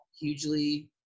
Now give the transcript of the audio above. hugely